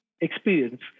experience